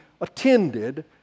attended